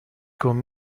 con